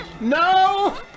No